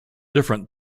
different